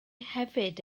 hefyd